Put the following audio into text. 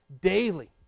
daily